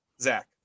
Zach